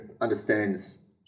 understands